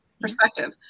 perspective